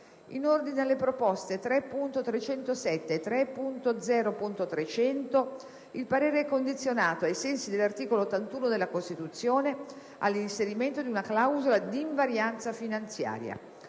In ordine alle proposte 3.307 e 3.0.300, il parere è condizionato, ai sensi dell'articolo 81 della Costituzione, all'inserimento di una clausola d'invarianza finanziaria.